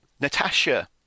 Natasha